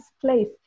place